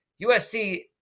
USC